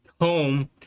home